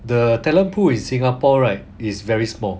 the talent pool in singapore right is very small